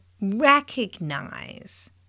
recognize